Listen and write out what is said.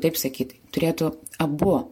taip sakyt turėtų abu